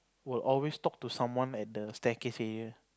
will always talk to someone at the staircase area